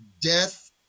death